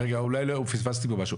אולי פספסתי פה משהו.